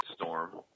storm